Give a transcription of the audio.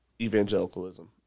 evangelicalism